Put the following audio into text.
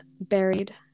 buried